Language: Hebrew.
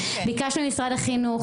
ביקשנו ממשרד החינוך,